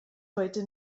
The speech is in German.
heute